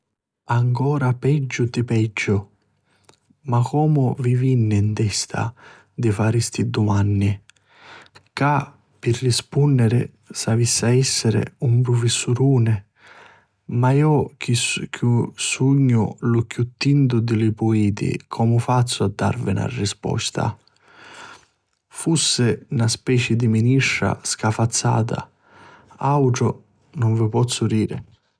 Ancora peggiu di peggiu. Ma comu vi vinni 'n testa di fari sti dumanni. Cca pi rispunniri s'avissi a essiri un prufissuruni ma iu chi sugnu lu chiù tintu di li pueti comu fazzu a darvi na risposta? Fussi na speci di ministra scafazzata. Autru nun vi pozzi diri.